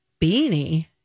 Beanie